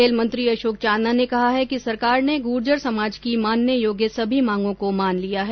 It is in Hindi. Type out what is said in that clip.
खेल मंत्री अशोक चांदना ने कहा है कि सरकार ने गुर्जर समाज की मानने योग्य सभी मांगों को मान लिया है